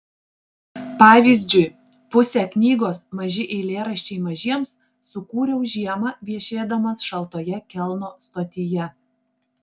pavyzdžiui pusę knygos maži eilėraščiai mažiems sukūriau žiemą viešėdamas šaltoje kelno stotyje